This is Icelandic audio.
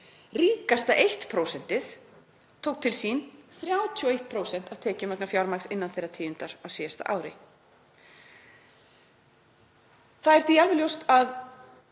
prósentið tók til sín 31% af tekjum vegna fjármagns innan þeirra tíundar á síðasta ári. Það er því alveg ljóst að